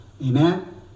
Amen